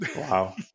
Wow